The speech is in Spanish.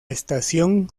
estación